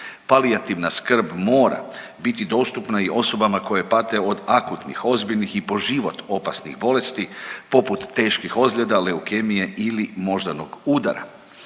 Palijativna skrb mora biti dostupna i osobama koje pate od akutnih, ozbiljnih i po život opasnih bolesti, poput teških ozljeda, leukemije ili moždanog udara.